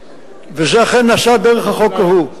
וזה אכן נעשה דרך החוק ההוא.